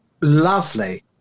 lovely